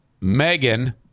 Megan